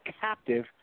captive